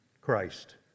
Christ